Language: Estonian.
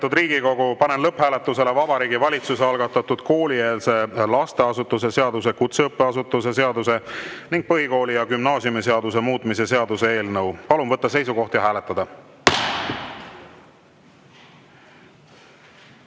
põhikooli- ja gümnaasiumiseaduse muutmise seaduse eelnõu. Palun võtta seisukoht ja hääletada!